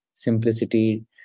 simplicity